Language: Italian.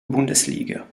bundesliga